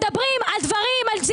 מדברים על סעיפים,